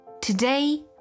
Today